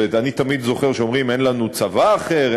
ואני תמיד זוכר שאומרים: אין לנו צבא אחר,